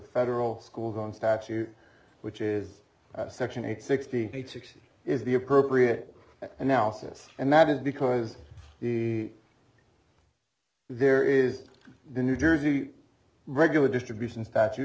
federal school one statute which is section eight sixty eight sixty is the appropriate analysis and that is because the there is the new jersey regular distribution statu